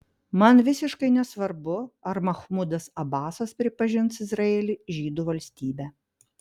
man visiškai nesvarbu ar machmudas abasas pripažins izraelį žydų valstybe